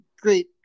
Great